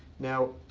now,